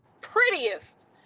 prettiest